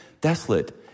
desolate